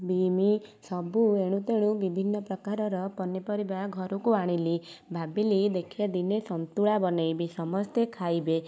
bin ସବୁ ଏଣୁତେଣୁ ବିଭିନ୍ନ ପ୍ରକାରର ପନିପରିବା ଘରକୁ ଆଣିଲି ଭାବିଲି ଦେଖିବା ଦିନେ ସନ୍ତୁଳା ବନାଇବି ସମସ୍ତେ ଖାଇବେ